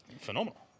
phenomenal